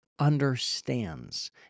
understands